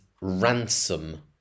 ransom